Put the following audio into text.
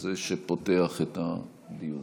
זה שפותח את הדיון.